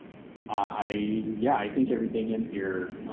i yeah i think everything in here,